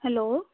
hello